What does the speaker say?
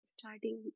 starting